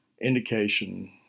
indication